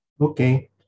okay